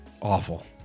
Awful